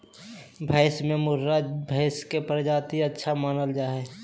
भैंस में मुर्राह भैंस के प्रजाति सबसे अच्छा मानल जा हइ